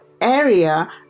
area